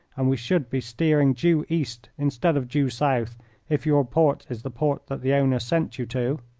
and we should be steering due east instead of due south if your port is the port that the owners sent you to.